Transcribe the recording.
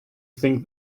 think